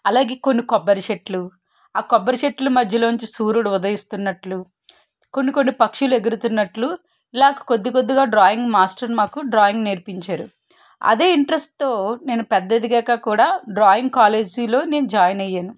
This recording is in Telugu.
అలాగే కొన్ని కొబ్బరి చెట్లు ఆ కొబ్బరి చెట్లు మధ్యలో నుంచి సూర్యుడు ఉదయిస్తున్నట్లు కొన్ని కొన్ని పక్షులు ఎగురుతున్నట్లు ఇలా కొద్దికొద్దిగా డ్రాయింగ్ మాస్టర్ మాకు డ్రాయింగ్ నేర్పించారు అదే ఇంట్రెస్ట్తో నేను పెద్ద ఎదిగాక కూడా డ్రాయింగ్ కాలేజీలో నేను జాయిన్ అయ్యాను